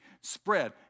spread